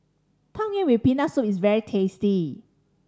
Tang Yuen with Peanut Soup is very tasty